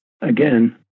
again